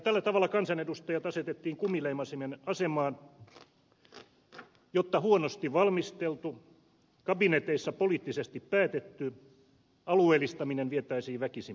tällä tavalla kansanedustajat asetettiin kumileimasimen asemaan jotta huonosti valmisteltu kabineteissa poliittisesti päätetty alueellistaminen vietäisiin väkisin päätökseen